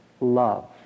love